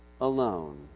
alone